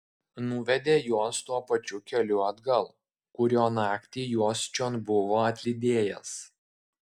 nuvedė juos tuo pačiu keliu atgal kuriuo naktį juos čion buvo atlydėjęs